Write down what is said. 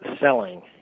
selling